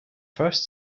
first